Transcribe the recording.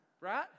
Right